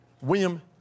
William